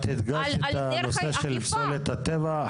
את הדגשת את הנושא של פסולת הטבע.